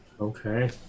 Okay